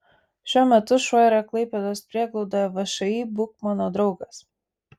šiuo metu šuo yra klaipėdos prieglaudoje všį būk mano draugas